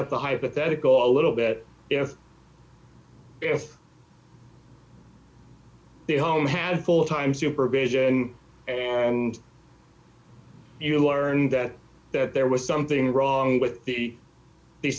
out the hypothetical a little bit if if the home had full time supervision and you learned that that there was something wrong with the